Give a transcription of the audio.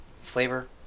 flavor